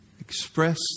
Express